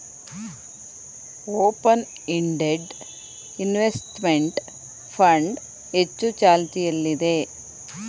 open ended investment fund ಹೆಚ್ಚು ಚಾಲ್ತಿಯಲ್ಲಿದೆ